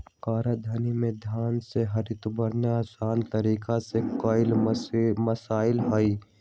कराधान में धन का हस्तांतरण असान तरीका से करनाइ मोस्किल हइ